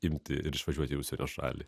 imti ir išvažiuoti į užsienio šalį